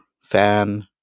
fan